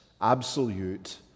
absolute